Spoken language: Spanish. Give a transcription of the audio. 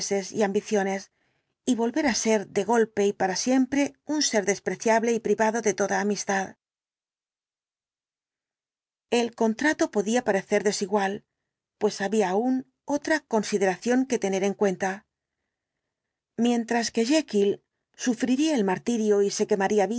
y ambiciones y volver á ser de golpe y para siempre un ser despreciable y privado de toda amistad el contrato podía parecer desigual pues había aún otra consideración que tener en cuenta mientras que jekyll sufriría el martirio y se quemaría